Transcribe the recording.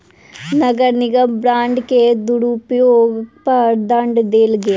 नगर निगम बांड के दुरूपयोग पर दंड देल गेल